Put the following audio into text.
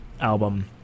album